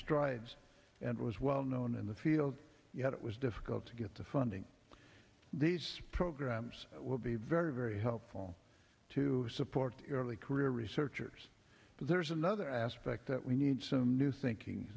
strides and was well known in the field yet it was difficult to get the funding these programs will be very very helpful to support early career researchers but there's another aspect that we need some new thinking